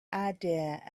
idea